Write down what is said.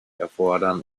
erfordern